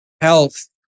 health